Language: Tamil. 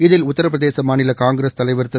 இதில் உத்தரபிரதேச மாநில காங்கிரஸ் தலைவர் திரு